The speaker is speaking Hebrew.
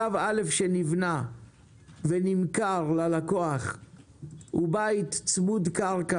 שלב א' שנבנה ונמכר ללקוח הוא בית צמוד קרקע